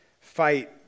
fight